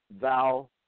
thou